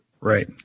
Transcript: Right